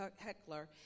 heckler